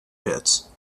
pits